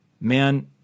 man